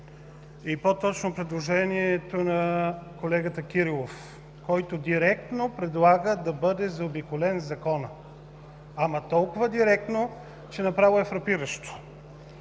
и по-точно предложението на колегата Кирилов, който директно предлага да бъде заобиколен законът – толкова директно, че направо е фрапиращо!